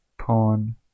Pawn